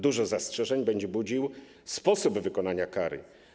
Dużo zastrzeżeń będzie budził sposób wykonania kary.